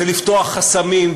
לפתוח חסמים,